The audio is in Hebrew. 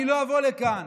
אני לא אבוא לכאן,